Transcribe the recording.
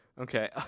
Okay